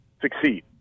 succeed